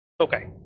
Okay